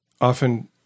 often